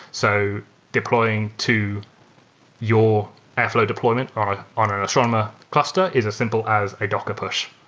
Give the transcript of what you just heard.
so deploying to your airflow deployment on on an astronomer cluster is as simple as a docker push.